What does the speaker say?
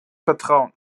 vertrauen